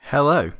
Hello